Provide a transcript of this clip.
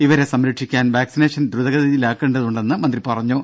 ഇവരെ സംരക്ഷിക്കാൻ വാക്സിനേഷൻ ദ്രുതഗതിയിലാക്കേണ്ട തുണ്ടെന്ന് മന്ത്രി പറഞ്ഞു